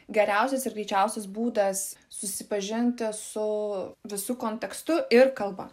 geriausias ir greičiausias būdas susipažinti su visu kontekstu ir kalba